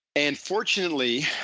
and fortunately,